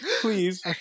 please